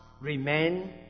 remain